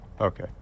Okay